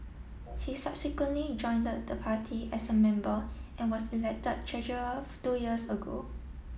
she subsequently joined the party as a member and was elected treasurer two years ago